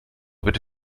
bitte